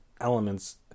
elements